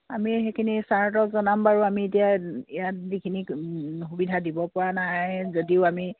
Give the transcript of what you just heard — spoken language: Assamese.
আমি সেইখিনি ছাৰহঁতক জনাম বাৰু আমি এতিয়া ইয়াত যিখিনি সুবিধা দিবপৰা নাই যদিও আমি